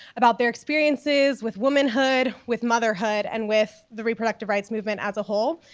about their experiences with womanhood, with motherhood and with the reproductive rights movement as a whole.